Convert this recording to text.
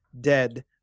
dead